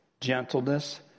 gentleness